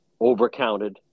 overcounted